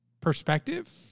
perspective